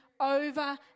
over